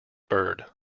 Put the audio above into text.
bird